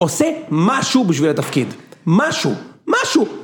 עושה משהו בשביל התפקיד, משהו, משהו.